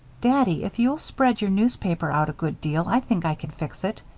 daddy, if you'll spread your newspaper out a good deal, i think i can fix it.